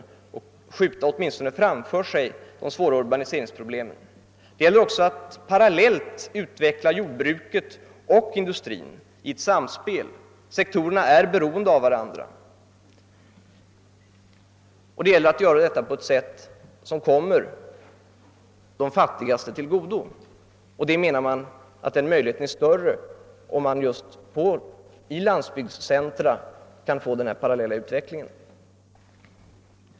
På detta sätt skjuter man åtminstone framför sig och kan minska de svåra urbaniseringsproblemen. Det gäller också att parallellt utveckla jordbruket och industrin i ett samspel. Dessa sektorer är beroende av varandra. Och det gäller att göra detta på ett sätt som kommer de fattigaste till godo. Man menar att den möjligheten är större om man just i landsbygdscentra, mindre tätorter etc. kan få denna parallella utveckling.